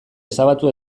ezabatu